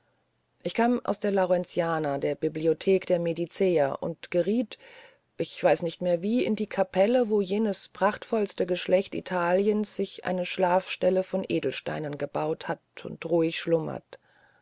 ich kam aus der laurenziana der bibliothek der mediceer und geriet ich weiß nicht mehr wie in die kapelle wo jenes prachtvollste geschlecht italiens sich eine schlafstelle von edelsteinen gebaut hat und ruhig schlummert